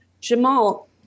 Jamal